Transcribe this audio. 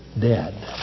dead